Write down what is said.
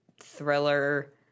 thriller